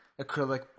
acrylic